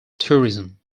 tourism